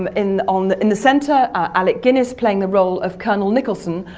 um in um the in the centre, alec guinness playing the role of colonel nicholson,